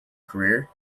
career